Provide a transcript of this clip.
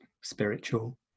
spiritual